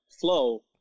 flow